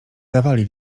dawali